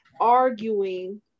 arguing